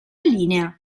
linea